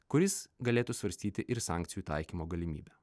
kuris galėtų svarstyti ir sankcijų taikymo galimybę